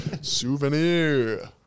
Souvenir